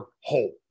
whole